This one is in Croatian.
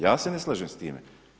Ja se ne slažem s time.